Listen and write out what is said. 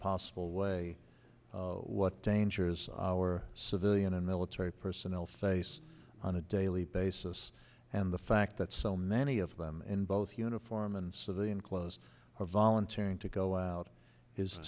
possible way what dangers our civilian and military personnel face on a daily basis and the fact that so many of them in both uniform and civilian clothes are voluntary and to go out is